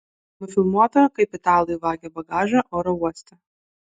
nufilmuota kaip italai vagia bagažą oro uoste